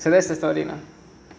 so that's the story lah